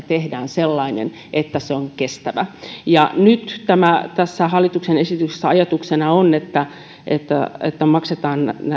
tehdään sellainen että se on kestävä nyt tässä hallituksen esityksessä ajatuksena on että että maksetaan